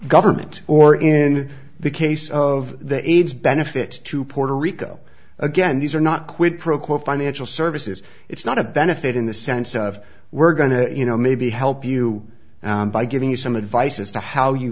government or in the case of the aids benefit to puerto rico again these are not quid pro quo financial services it's not a benefit in the sense of we're going to you know maybe help you by giving you some advice as to how you